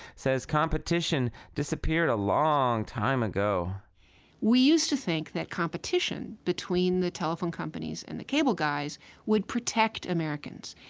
says competition disappeared a long time ago we used to think that competition between the telephone companies and the cable guys would protect americans.